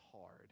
hard